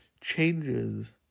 changes